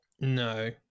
no